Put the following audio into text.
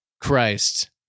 Christ